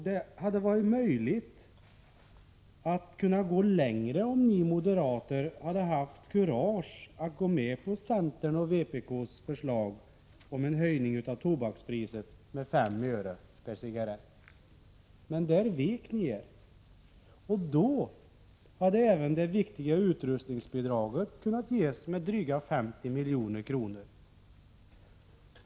Det hade varit möjligt att gå längre om ni moderater hade haft kurage att gå med på centerns och vpk:s förslag om en höjning av tobakspriset med 5 öre per cigarrett, men där vek ni er. Då hade även det viktiga utrustningsbidraget kunnat ges med drygt 50 miljoner.